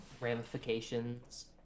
ramifications